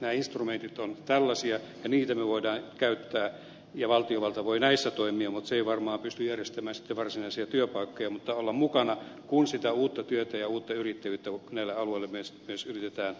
nämä instrumentit ovat tällaisia ja niitä me voimme käyttää ja valtiovalta voi näissä toimia mutta se ei varmaan pysty järjestämään sitten varsinaisia työpaikkoja mutta voi olla mukana kun sitä uutta työtä ja uutta yrittäjyyttä näille alueille myös yritetään hakea